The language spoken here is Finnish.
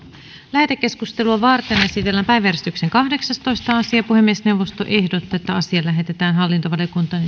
lähetekeskustelua varten esitellään päiväjärjestyksen kahdeksastoista asia puhemiesneuvosto ehdottaa että asia lähetetään hallintovaliokuntaan